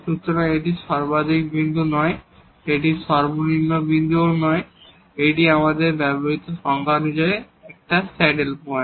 সুতরাং এটি মাক্সিমাম বিন্দু নয় এটি মিনিমাম বিন্দু নয় এবং এটি আমাদের ব্যবহৃত সংজ্ঞা অনুসারে একটি স্যাডেল পয়েন্ট